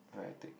very hectic